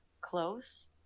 close